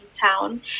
town